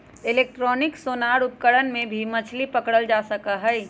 electronic sonar उपकरण से भी मछली पकड़ल जा सका हई